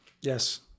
Yes